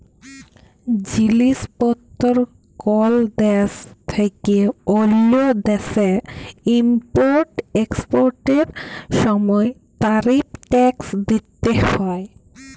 জিলিস পত্তর কল দ্যাশ থ্যাইকে অল্য দ্যাশে ইম্পর্ট এক্সপর্টের সময় তারিফ ট্যাক্স দ্যিতে হ্যয়